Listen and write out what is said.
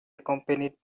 accompanied